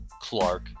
Clark